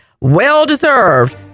well-deserved